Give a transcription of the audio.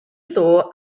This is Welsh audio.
ddoe